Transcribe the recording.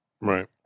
right